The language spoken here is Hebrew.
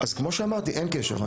אז כמו שאמרתי, אין קשר.